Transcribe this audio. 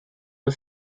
was